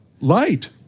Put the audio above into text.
Light